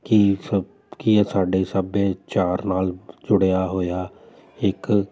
ਕਿ ਫ ਕੀ ਇਹ ਸਾਡੇ ਸੱਭਿਆਚਾਰ ਨਾਲ ਜੁੜਿਆ ਹੋਇਆ ਇੱਕ